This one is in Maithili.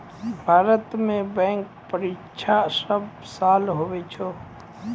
भारत मे बैंक परीक्षा सब साल हुवै छै